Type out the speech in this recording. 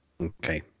okay